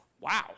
Wow